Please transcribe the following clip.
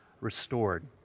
restored